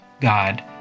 God